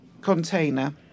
container